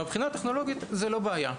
מהבחינה הטכנולוגית, זאת לא בעיה.